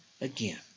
again